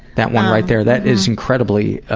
that one right there? that is incredibly